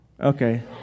Okay